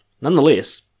nonetheless